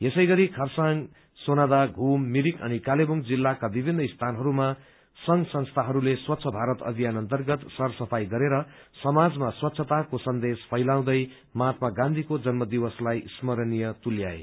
यसै गरी खरसाङ सोनादा घूम मिरिक अनि कालेवुङ जिल्लाका विभित्र स्थानहरूमा संघ संस्थाहरूले स्वच्छ भारत अभियान अन्तर्गत सर सफाई गरेर समाजका स्वच्छताको सन्देश फैलाउँदै महात्मा गाँधीको जन्म दिवसलाई स्मरणीय तुल्याए